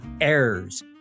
errors